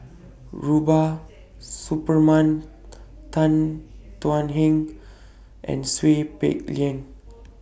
Rubiah Suparman Tan Thuan Heng and Seow Peck Leng